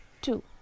two